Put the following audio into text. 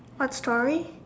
a story